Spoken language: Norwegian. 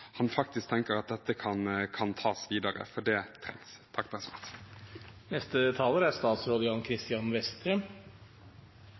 han faktisk tenker dette kan tas videre, for det trengs.